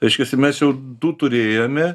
reiškiasi mes jau du turėjome